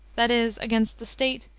that is, against the state,